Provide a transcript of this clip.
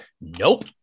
nope